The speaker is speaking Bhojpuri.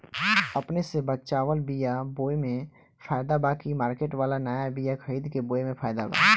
अपने से बचवाल बीया बोये मे फायदा बा की मार्केट वाला नया बीया खरीद के बोये मे फायदा बा?